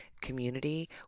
community